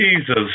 Jesus